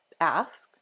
ask